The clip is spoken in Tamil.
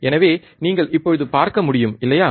எனவே நீங்கள் இப்போது பார்க்க முடியும் இல்லையா